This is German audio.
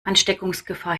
ansteckungsgefahr